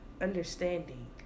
understanding